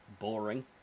Boring